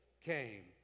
came